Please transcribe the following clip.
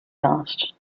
asked